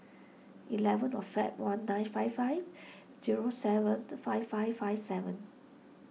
eleven of Feb one nine five five zero seven five five five seven